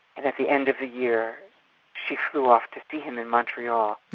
and at the end of the year she flew off to see him in montreal.